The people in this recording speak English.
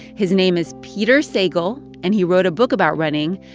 his name is peter sagal, and he wrote a book about running,